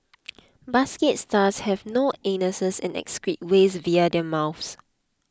basket stars have no anuses and excrete waste via their mouths